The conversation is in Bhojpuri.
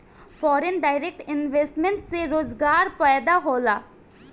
फॉरेन डायरेक्ट इन्वेस्टमेंट से रोजगार पैदा होला